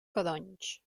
codonys